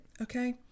Okay